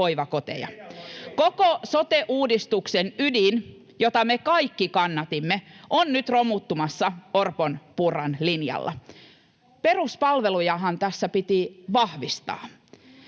Koko sote-uudistuksen ydin, jota me kaikki kannatimme, on nyt romuttumassa Orpon—Purran linjalla. Peruspalvelujahan tässä piti vahvistaa.